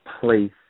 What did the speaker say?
place